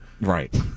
Right